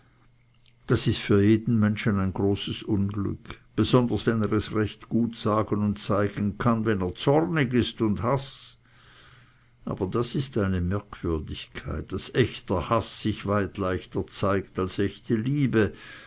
das ist für jeden menschen ein großes unglück besonders wenn er es recht gut sagen und zeigen kann wenn er zornig ist und haßt aber das ist eine merkwürdigkeit daß echter haß sich weit leichter zeigt als echte liebe